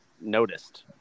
noticed